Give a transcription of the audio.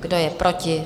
Kdo je proti?